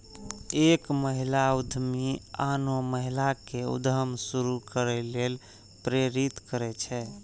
एक महिला उद्यमी आनो महिला कें उद्यम शुरू करै लेल प्रेरित करै छै